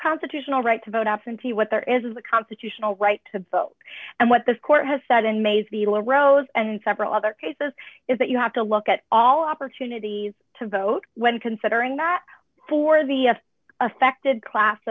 constitutional right to vote absentee what there is a constitutional right to vote and what this court has said in maysville arose and several other cases is that you have to look at all opportunities to vote when considering that for the affected class